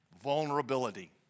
Vulnerability